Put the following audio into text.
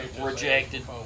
rejected